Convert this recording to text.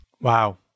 Wow